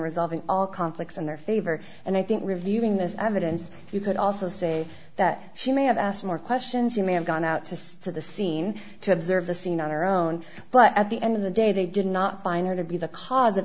resolving conflicts in their favor and i think reviewing this evidence you could also say that she may have asked more questions you may have gone out to sea to the scene to observe the scene on her own but at the end of the day they did not find her to be the cause of